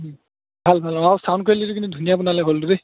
ভাল ভাল অঁ চাউণ্ড কুৱালিটিটো কিন্তু ধুনীয়া বনালে হ'লটোৰ দেই